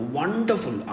wonderful